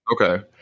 Okay